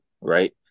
right